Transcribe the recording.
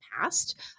past